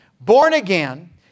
Born-again